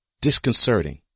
disconcerting